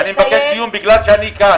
אני מבקש דיון בגלל שאני כאן.